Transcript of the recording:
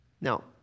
Now